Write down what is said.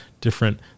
different